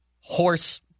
horse